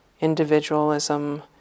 individualism